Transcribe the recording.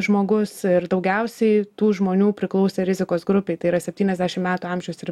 žmogus ir daugiausiai tų žmonių priklausė rizikos grupei tai yra septyniasdešim metų amžiaus ir